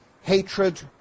hatred